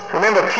Remember